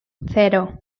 cero